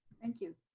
thank you.